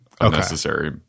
unnecessary